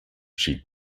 she